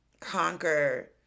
conquer